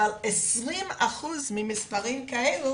אבל 20% ממספרים כאלה